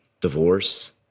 divorce